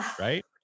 Right